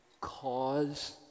cause